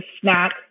snack